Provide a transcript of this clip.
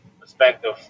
perspective